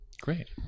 great